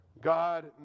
God